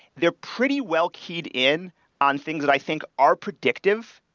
they're pretty well keyed in on things that i think are predictive.